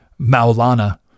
Maulana